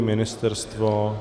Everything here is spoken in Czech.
Ministerstvo?